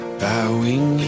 bowing